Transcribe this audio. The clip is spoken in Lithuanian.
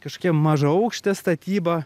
kažkokia mažaaukštė statyba